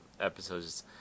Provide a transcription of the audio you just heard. episodes